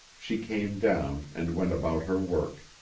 she came down and went about her work.